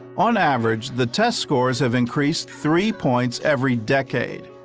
on average the test scores have increased three points every decade.